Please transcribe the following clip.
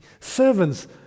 Servants